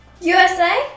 USA